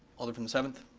alder from the seventh?